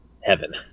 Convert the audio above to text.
heaven